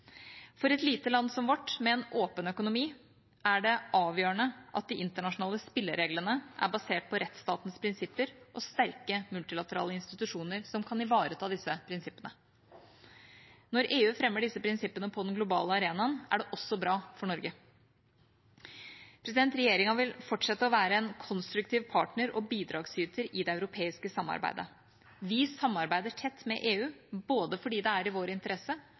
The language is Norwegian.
For et lite land som vårt, med en åpen økonomi, er det avgjørende at de internasjonale spillereglene er basert på rettsstatens prinsipper og sterke multilaterale institusjoner som kan ivareta disse prinsippene. Når EU fremmer disse prinsippene på den globale arenaen, er det også bra for Norge. Regjeringa vil fortsette å være en konstruktiv partner og bidragsyter i det europeiske samarbeidet. Vi samarbeider tett med EU, både fordi det er i vår interesse,